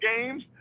games